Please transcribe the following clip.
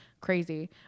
crazy